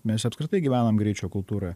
mes apskritai gyvenam greičio kultūroje